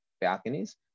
balconies